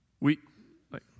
we—like